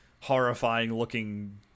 horrifying-looking